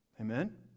Amen